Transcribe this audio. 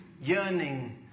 yearning